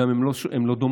הן גם לא דומות,